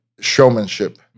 showmanship